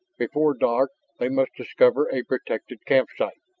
before dark they must discover a protected camp site.